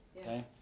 okay